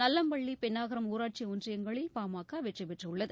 நல்லம்பள்ளி பென்னாகரம் ஊராட்சி ஒன்றியங்களில் பாமக வெற்றி பெற்றுள்ளது